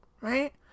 Right